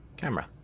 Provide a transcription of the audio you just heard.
camera